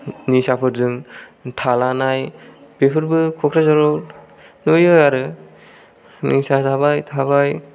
निसाफोरजों थालानाय बेफोरबो क'क्राझाराव होयो आरो निसा जाबाय थाबाय